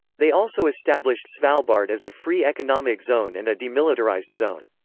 they also established svalbard as a free economic zone and a demilitarized zone.